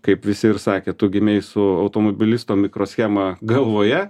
kaip visi ir sakė tu gimei su automobilisto mikroschema galvoje